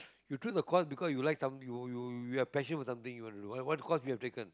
you choose the course because you like some you you have passion with something you want to do what course have you taken